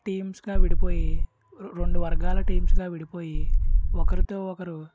టీమ్స్గా విడిపోయి రెండు వర్గలా టీమ్స్గా విడిపోయి ఒకరితో ఒకరు